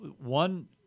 one